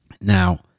Now